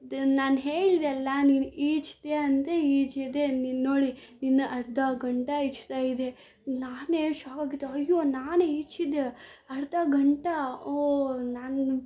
ನಾನು ಹೇಳಿದೆ ಅಲ್ಲಾ ನೀನು ಈಜ್ತೀಯ ಅಂದರೆ ಈಜಿದೆ ನೀನು ನೋಡಿ ನೀನು ಅರ್ಧ ಗಂಟೆ ಈಜ್ತಾ ಇದ್ದೆ ನಾನೇ ಶಾಕ್ಡ್ ಅಯ್ಯೋ ನಾನು ಈಜಿದೆ ಅರ್ಧ ಗಂಟೆ ಓಹ್ ನಾನು